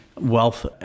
wealth